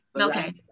Okay